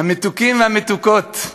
המתוקים והמתוקות,